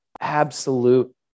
absolute